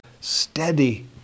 steady